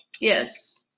Yes